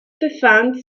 befand